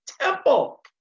temple